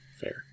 Fair